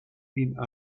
ian